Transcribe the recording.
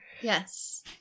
Yes